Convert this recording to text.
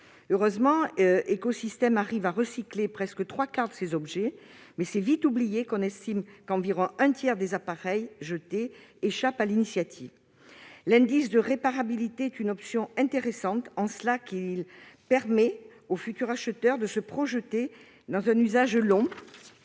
Heureusement, Éco-systèmes parvient à recycler près des trois quarts de ces objets, mais c'est vite oublier que l'on estime qu'environ un tiers des appareils jetés échappe à cette initiative. L'indice de réparabilité est une option intéressante, dans la mesure où il permet aux futurs acheteurs de se projeter dans un usage long